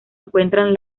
encuentran